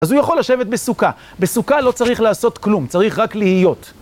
אז הוא יכול לשבת בסוכה. בסוכה לא צריך לעשות כלום, צריך רק להיות.